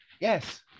Yes